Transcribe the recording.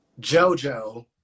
JoJo